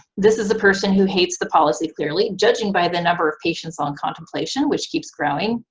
this is a person who hates the policy, clearly judging by the number of patients on contemplation, which keeps growing,